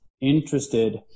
interested